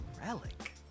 Relic